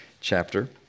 chapter